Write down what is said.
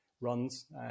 runs